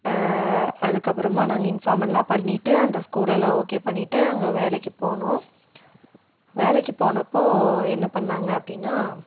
அதுக்கு அப்புறமா நாங்கள் இன்ஃபார்ம் எல்லாம் பண்ணிட்டு அந்த ஸ்கூல் எல்லாம் ஓகே பண்ணிட்டு அங்கே வேலைக்கு போனோம் வேலைக்கு போனப்போ என்ன பண்ணாங்கள் அப்படின்னா